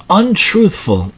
untruthful